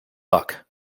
luck